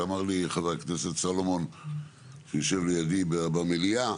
אמר לי חבר הכנסת סלומון שיושב לידי במליאה,